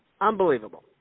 Unbelievable